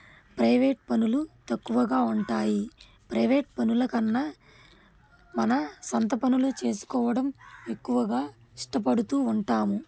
private పనులు తక్కువగా ఉంటాయి ప్రైవేట్ పనుల కన్నా మన సొంత పనులు చేసుకోవడం ఎక్కువగా ఇష్టపడుతూ ఉంటాము